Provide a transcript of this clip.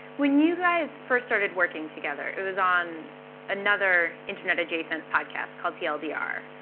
when you guys first started working together, it was on another internet adjacent podcast called tldr.